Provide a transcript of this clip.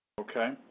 Okay